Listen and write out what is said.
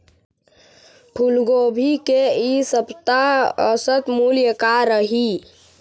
फूलगोभी के इ सप्ता औसत मूल्य का रही?